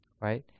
Right